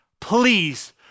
please